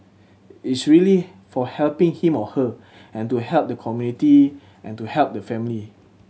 it's really for helping him or her and to help the community and to help the family